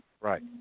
Right